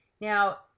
Now